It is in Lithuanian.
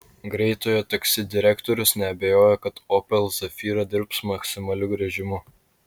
greitojo taksi direktorius neabejoja kad opel zafira dirbs maksimaliu režimu